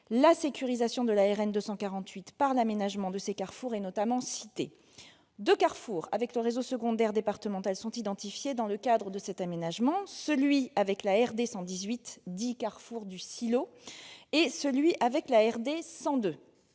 La sécurisation de la RN 248, par l'aménagement de ses carrefours, est notamment citée. Deux carrefours avec le réseau secondaire départemental sont identifiés dans le cadre de cet aménagement : celui avec la RD 118, dit carrefour du silo, et celui avec la RD 102.